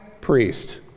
priest